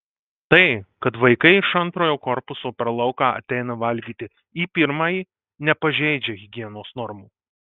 tai kad vaikai iš antrojo korpuso per lauką ateina valgyti į pirmąjį nepažeidžia higienos normų